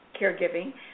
caregiving